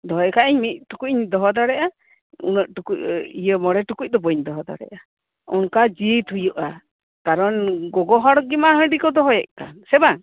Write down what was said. ᱫᱚᱦᱚᱭ ᱠᱷᱟᱡ ᱤᱧ ᱢᱤᱫ ᱴᱩᱠᱩᱡ ᱤᱧ ᱫᱚᱦᱚ ᱫᱟᱲᱮᱭᱟᱜᱼᱟ ᱤᱭᱟᱹ ᱢᱚᱬᱮ ᱴᱩᱠᱩᱡ ᱫᱚ ᱵᱟᱹᱧ ᱫᱚᱦᱚ ᱫᱟᱲᱮᱭᱟᱜᱼᱟ ᱚᱱᱠᱟ ᱡᱤᱫ ᱦᱩᱭᱩᱜᱼᱟ ᱠᱟᱨᱚᱱ ᱜᱚᱜᱚ ᱦᱚᱲ ᱜᱮᱢᱟ ᱦᱟᱺᱰᱤ ᱠᱚ ᱫᱚᱦᱚᱭᱮᱫ ᱠᱟᱱ ᱥᱮ ᱵᱟᱝ